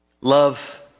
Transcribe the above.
Love